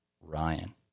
Ryan